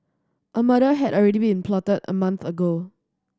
a murder had already been plotted a month ago